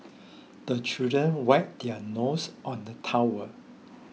the children wipe their nose on the towel